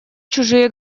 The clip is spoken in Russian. чужие